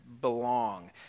belong